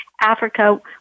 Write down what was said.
Africa